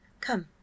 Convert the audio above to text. Come